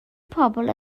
pobl